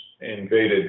invaded